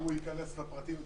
הוא ייכנס לפרטים.